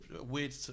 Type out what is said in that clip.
weird